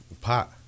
Pot